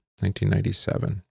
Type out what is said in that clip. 1997